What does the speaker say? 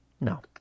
No